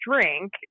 drink